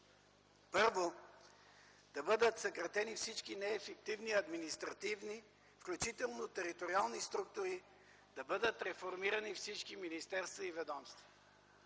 Първо, да бъдат съкратени всички неефективни административни, включително териториални структури. Да бъдат реформирани всички министерства и ведомства.